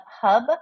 hub